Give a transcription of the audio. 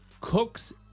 Cook's